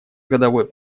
годовой